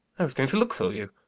i was going to look for you.